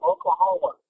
Oklahoma